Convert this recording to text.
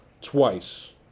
Twice